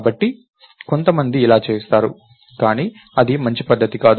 కాబట్టి కొంతమంది అలా చేస్తారు కానీ అది మంచి పద్ధతి కాదు